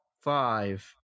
five